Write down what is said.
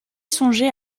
songer